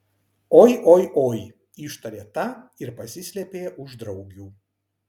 oi oi oi ištarė ta ir pasislėpė už draugių